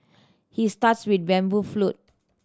he starts with the bamboo flute